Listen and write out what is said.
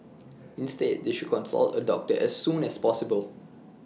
instead they should consult A doctor as soon as possible